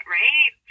right